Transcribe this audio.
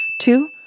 Two